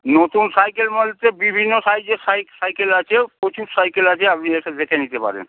নতুন সাইকেল বলতে বিভিন্ন সাইজের সাই সাইকেল আছে প্রচুর সাইকেল আছে আপনি এসে দেখে নিতে পারেন